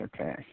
Okay